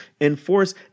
enforce